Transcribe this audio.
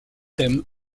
thème